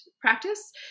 practice